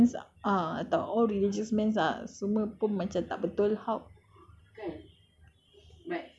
then if I judge all muslim men are or all religious men are semua pun macam tak betul how